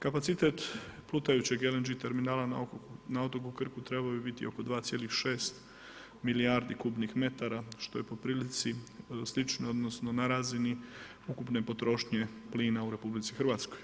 Kapacitet plutajućeg LNG terminala na otoku Krku trebao bi biti oko 2,6 milijardi kubnih metara što je po prilici slično odnosno na razini ukupne potrošnje plina u RH.